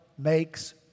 makes